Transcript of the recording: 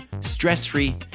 stress-free